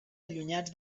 allunyats